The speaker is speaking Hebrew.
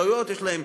לטעויות יש עלות,